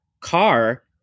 car